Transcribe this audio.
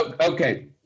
okay